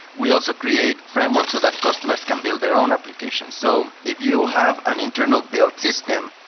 we also create frameworks so that customers can build their own applications. so if you have an internal built system,